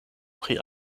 pri